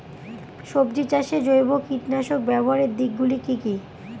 সবজি চাষে জৈব কীটনাশক ব্যাবহারের দিক গুলি কি কী?